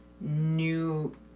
new